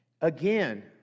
Again